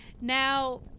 Now